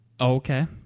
okay